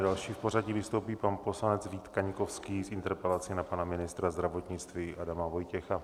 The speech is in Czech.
Další v pořadí vystoupí pan poslanec Vít Kaňkovský s interpelací na pana ministra zdravotnictví Adama Vojtěcha.